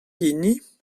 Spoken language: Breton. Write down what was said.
hini